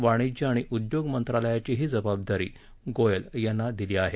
वाणिज्य आणि उद्योग मंत्रालयाचीही जबाबदारी गोयल याना दिली आहे